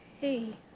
hey